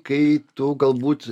kai tu galbūt